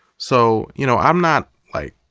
so, you know, i'm not like,